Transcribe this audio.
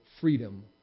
freedom